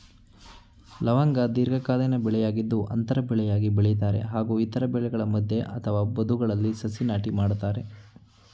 ಲವಂಗ ದೀರ್ಘಕಾಲೀನ ಬೆಳೆಯಾಗಿದ್ದು ಅಂತರ ಬೆಳೆಯಾಗಿ ಬೆಳಿತಾರೆ ಹಾಗೂ ಇತರ ಬೆಳೆಗಳ ಮಧ್ಯೆ ಅಥವಾ ಬದುಗಳಲ್ಲಿ ಸಸಿ ನಾಟಿ ಮಾಡ್ತರೆ